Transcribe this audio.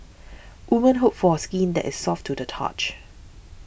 women hope for skin that is soft to the touch